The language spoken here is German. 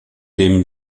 dem